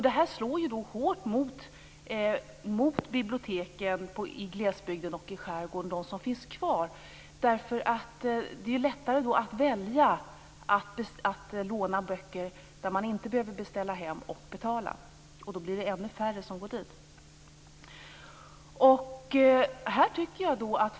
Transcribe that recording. Detta slår hårt mot de bibliotek som finns kvar i glesbygden och i skärgården, eftersom det är lättare att välja att låna böcker där man inte behöver beställa hem böcker och betala för det. Då blir det ännu färre som går till de små biblioteken.